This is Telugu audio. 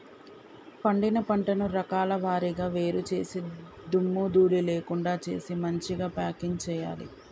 పండిన పంటను రకాల వారీగా వేరు చేసి దుమ్ము ధూళి లేకుండా చేసి మంచిగ ప్యాకింగ్ చేయాలి